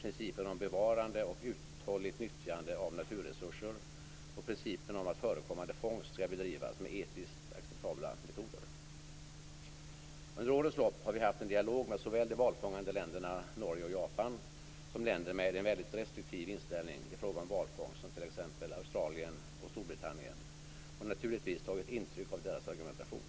principen om bevarande och uthålligt nyttjande av naturresurser och principen om att förekommande fångst skall bedrivas med etiskt acceptabla metoder. Under årens lopp har vi haft en dialog med såväl de valfångande länderna Norge och Japan som länder med en väldigt restriktiv inställning i fråga om valfångst som t.ex. Australien och Storbritannien och naturligtvis tagit intryck av deras argumentation.